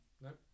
Nope